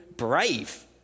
brave